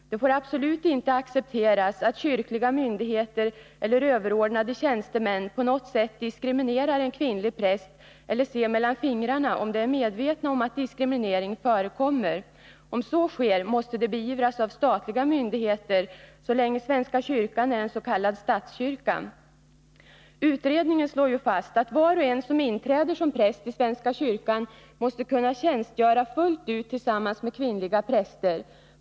Det får absolut inte accepteras att kyrkliga myndigheter eller överordnade tjänstemän på något sätt diskriminerar en kvinnlig präst eller ser mellan fingrarna, om de är medvetna om att diskriminering förekommer. Om så sker, måste det beivras av statliga myndigheter så länge svenska kyrkan är en s.k. statskyrka. Utredningen slår fast att ”var och en som inträder som präst i svenska kyrkan måste kunna tjänstgöra fullt ut tillsammans med kvinnliga präster”.